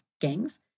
gangs